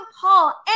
Paul